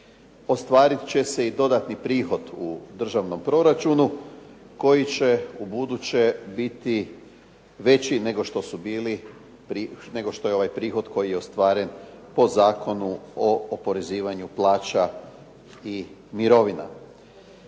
ostvarit će se i dodatni prihod u državnom proračunu koji će ubuduće biti veći nego što je ovaj prihod koji je ostvaren po Zakonu o oporezivanju plaća i mirovina.